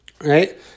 right